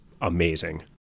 amazing